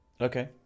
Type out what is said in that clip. Okay